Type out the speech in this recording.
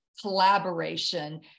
collaboration